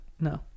no